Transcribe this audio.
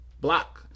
block